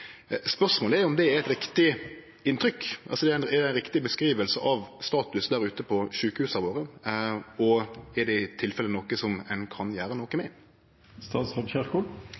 Spørsmålet er om det er eit riktig inntrykk. Er det ei riktig framstilling av statusen der ute på sjukehusa våre? Er det i tilfelle noko ein kan gjere noko